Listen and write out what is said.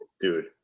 Dude